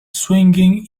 swinging